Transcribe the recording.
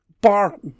bar